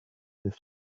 this